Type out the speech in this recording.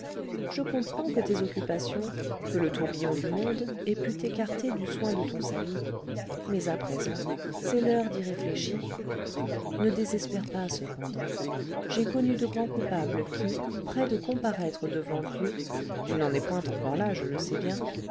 je comprends que tes occupations que le tourbillon du monde aient pu t'écarter du soin de ton salut mais à présent c'est l'heure d'y réfléchir ne désespère pas cependant j'ai connu de grands coupables qui près de comparaître devant dieu tu n'en es point encore là je le sais bien